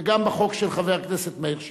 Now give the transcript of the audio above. וגם בחוק של חבר הכנסת מאיר שטרית.